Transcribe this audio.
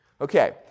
Okay